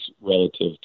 relative